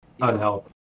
Unhealthy